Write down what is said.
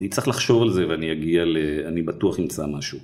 אני צריך לחשוב על זה ואני אגיע ל.. אני בטוח אמצא משהו.